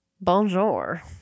bonjour